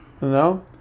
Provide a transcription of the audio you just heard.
No